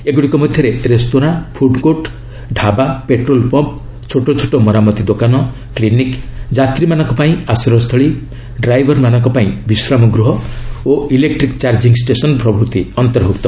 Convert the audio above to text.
ଏଗୁଡ଼ିକ ମଧ୍ୟରେ restaurant food court dhaba petrol pump ଛୋଟ ଛୋଟ ମରାମତି ଦୋକାନ କ୍ଲିନିକ୍ ଯାତ୍ରୀମାନଙ୍କ ପାଇଁ ଆଶ୍ରୟସ୍ଥଳୀ ଡ୍ରାଇଭର୍ମାନଙ୍କ ପାଇଁ ବିଶ୍ରାମ ଗୃହ ଓ ଇଲେକ୍ଟ୍ରିକ୍ ଚାର୍ଜିଙ୍ଗ୍ ଷ୍ଟେସନ୍ ପ୍ରଭୃତି ଅନ୍ତର୍ଭୁକ୍ତ